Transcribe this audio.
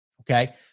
okay